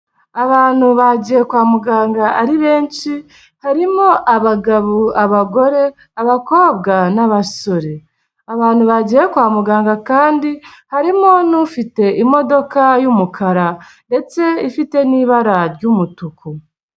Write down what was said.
Abantu bagiye kwa muganga ari benshi, harimo abagabo, abagore, abakobwa n'abasore. Abantu bagiye kwa muganga kandi, harimo n'ufite imodoka y'umukara ndetse ifite n'ibara ry'umutuku.